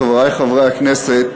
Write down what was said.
חברי חברי הכנסת,